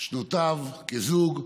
שנותיו כזוג,